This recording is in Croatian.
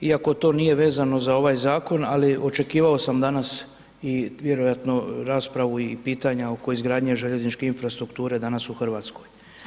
Iako to nije vezano za ovaj zakon, ali očekivao sam danas vjerojatno raspravu i pitanje oko izgradnje željezničke infrastrukture danas u Hrvatskoj.